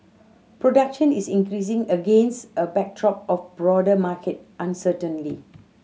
production is increasing against a backdrop of broader market uncertainly